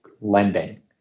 lending